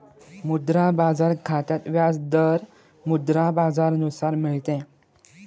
मुद्रा बाजार खात्यात व्याज दर मुद्रा बाजारानुसार मिळते